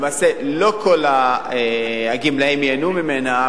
לא כל הגמלאים ייהנו ממנה,